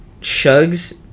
Shug's